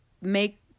make